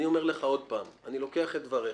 אני אומר לך עוד פעם, אני לוקח את דבריך.